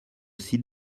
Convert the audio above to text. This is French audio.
site